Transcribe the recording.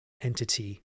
entity